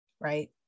right